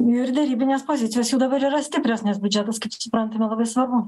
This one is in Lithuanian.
ir derybinės pozicijos jau dabar yra stiprios nes biudžetas kaip suprantame labai svarbu